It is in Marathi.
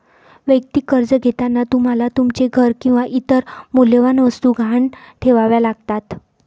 वैयक्तिक कर्ज घेताना तुम्हाला तुमचे घर किंवा इतर मौल्यवान वस्तू गहाण ठेवाव्या लागतात